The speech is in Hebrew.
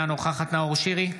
אינה נוכחת נאור שירי,